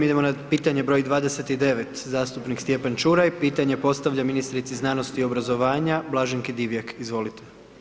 Idemo na pitanje broj 29, zastupnik Stjepan Čuraj pitanje postavlja ministrici znanosti i obrazovanja Blaženki Divjak, izvolite.